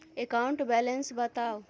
account balance बताउ